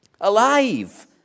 Alive